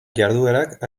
jarduerak